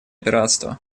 пиратства